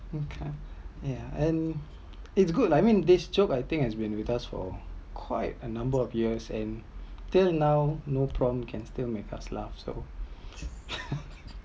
okay ya and it’s good lah I meant this joke I think has been with us for quite a number of years and till now no prompt can still make us laugh so